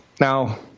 Now